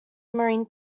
marine